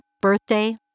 birthday